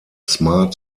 smart